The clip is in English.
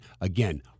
Again